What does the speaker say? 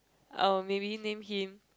I'll maybe name him